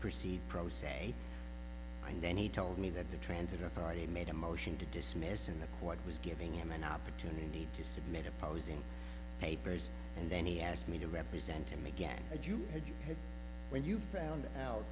proceed pro se and then he told me that the transit authority made a motion to dismiss in the court was giving him an opportunity to submit opposing papers and then he asked me to represent him again and you